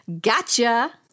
Gotcha